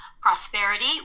prosperity